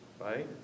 right